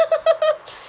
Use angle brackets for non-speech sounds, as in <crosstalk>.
<laughs>